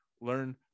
Learn